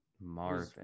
Marvin